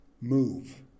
move